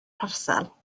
parsel